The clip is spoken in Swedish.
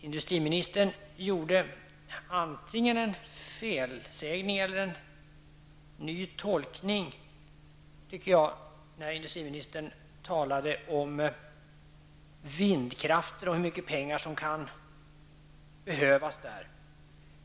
Industriministern gjorde antingen en felsägning eller en ny tolkning när han talade om vindkraft och hur mycket pengar som kan behövas för den.